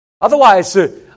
Otherwise